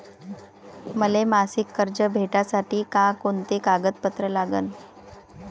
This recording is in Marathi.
मले मासिक कर्ज भेटासाठी का कुंते कागदपत्र लागन?